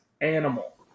animal